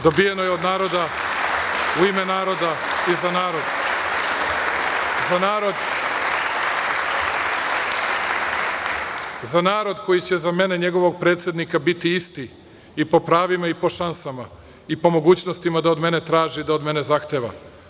Dobijeno je od naroda, u ime naroda i za narod, za narod koji će za mene, njegovog predsednika, biti isti i po pravima i po šansama i po mogućnostima da od mene traži i da od mene zahteva.